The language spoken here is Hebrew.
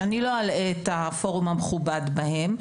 שאני לא אלאה את הפורום המכובד בהם,